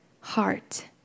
heart